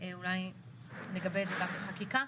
אולי נגבה את זה גם בחקיקה,